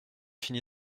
fini